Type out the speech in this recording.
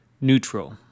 Neutral